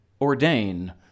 ordain